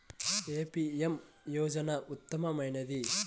ఏ PM యోజన ఉత్తమమైనది?